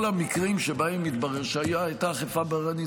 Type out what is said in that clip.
המקרים שבהם התברר שהייתה אכיפה בררנית.